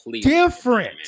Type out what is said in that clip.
different